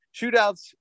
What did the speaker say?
shootouts